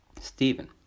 Stephen